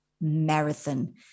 Marathon